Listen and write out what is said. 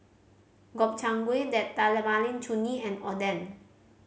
Gobchang Gui Date Tamarind Chutney and Oden